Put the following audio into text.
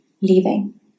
leaving